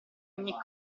ogni